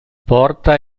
porta